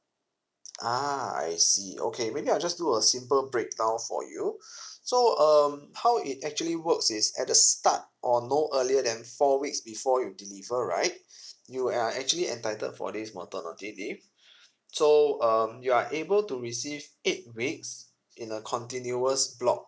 ah I see okay maybe I'll just do a simple breakdown for you so um how it actually works is at the start or no earlier than four weeks before you deliver right you are actually entitled for this maternity leave so um you are able to receive eight weeks in a continuous block